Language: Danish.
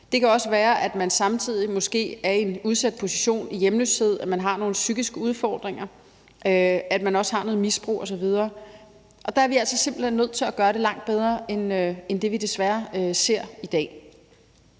Det kan også være, at man måske samtidig er i en udsat position i hjemløshed, at man har nogle psykiske udfordringer, og at man også har noget misbrug osv. Der er vi altså simpelt hen nødt til at gøre det langt bedre end det, vi desværre ser i dag.